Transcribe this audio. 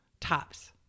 tops